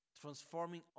transforming